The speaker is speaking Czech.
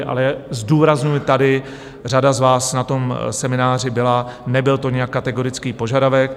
Ale zdůrazňuji tady, řada z vás na tom semináři byla, nebyl to nijak kategorický požadavek.